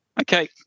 Okay